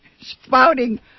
spouting